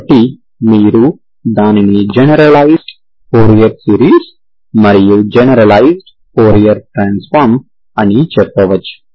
కాబట్టి మీరు దానిని జెనరలైజ్డ్ ఫోరియర్ సిరీస్ మరియు జెనరలైజ్డ్ ఫోరియర్ ట్రాన్సఫార్మ్ అని చెప్పవచ్చు